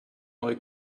neue